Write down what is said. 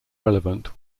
relevant